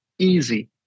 easy